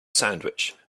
sandwich